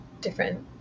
different